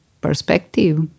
perspective